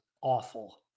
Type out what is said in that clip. awful